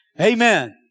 Amen